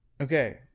Okay